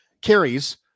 carries